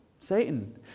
Satan